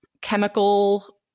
chemical